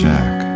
Jack